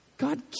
God